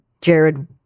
jared